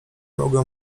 mogłem